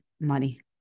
money